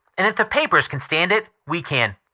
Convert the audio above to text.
and if the papers can stand it we can.